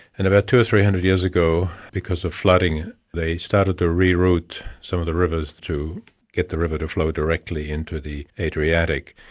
and about two hundred or three hundred years ago because of flooding, they started to re-route some of the rivers to get the river to flow directly into the adriatic.